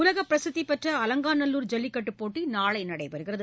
உலகபிரசித்திபெற்ற அலங்காநல்லூர் ஜல்லிக்கட்டுப் போட்டிநாளைநடைபெறுகிறது